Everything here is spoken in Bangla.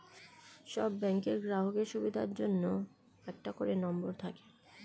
সব ব্যাংকের গ্রাহকের সুবিধার জন্য একটা করে নম্বর থাকে